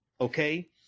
okay